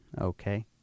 okay